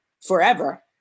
forever